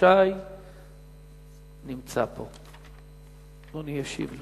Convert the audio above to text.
נודע לי כי אסירים,